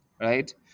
right